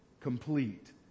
complete